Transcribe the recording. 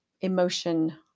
emotion